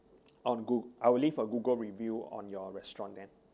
on goog~ I will leave a Google review on your restaurant then